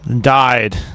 died